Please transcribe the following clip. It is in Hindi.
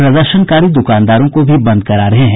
प्रदर्शनकारी दुकानों को भी बंद करा रहे हैं